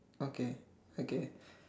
okay okay